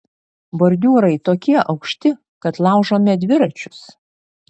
bordiūrai tokie aukšti kad laužome dviračius